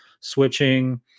switching